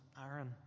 Aaron